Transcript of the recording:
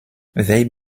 they